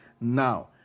Now